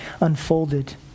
unfolded